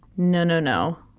no, no, no.